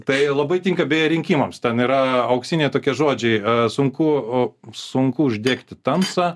tai labai tinka beje rinkimams ten yra auksiniai tokie žodžiai sunku o sunku uždegti tamsą